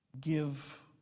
give